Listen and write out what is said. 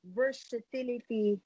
versatility